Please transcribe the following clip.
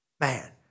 Man